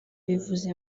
bivuze